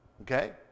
okay